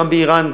גם באיראן,